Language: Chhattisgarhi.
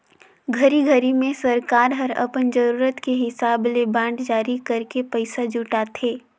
घरी घरी मे सरकार हर अपन जरूरत के हिसाब ले बांड जारी करके पइसा जुटाथे